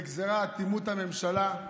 זה גזרה, אטימות הממשלה,